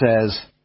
says